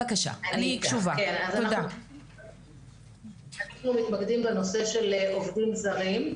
אז אנחנו מתמודדים עם הנושא של עובדים זרים,